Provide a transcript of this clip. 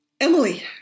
Emily